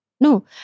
no